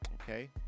Okay